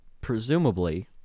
presumably